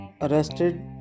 arrested